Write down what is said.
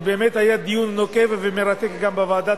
ובאמת היה דיון נוקב ומרתק גם בוועדה.